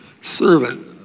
servant